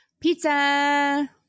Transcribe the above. Pizza